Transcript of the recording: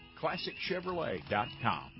ClassicChevrolet.com